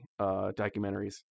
documentaries